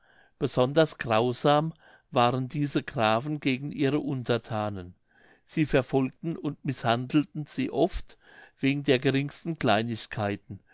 besonders grausam waren diese grafen gegen ihre unterthanen sie verfolgten und mißhandelten sie oft wegen der geringsten kleinigkeiten